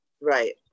Right